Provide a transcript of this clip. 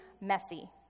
messy